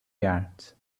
yards